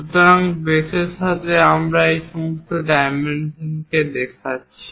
সুতরাং বেসের সাথে আমরা এই সমস্ত ডাইমেনশন দেখাচ্ছি